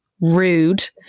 Rude